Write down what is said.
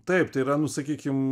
taip tai yra nu sakykim